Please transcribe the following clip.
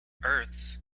earths